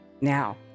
Now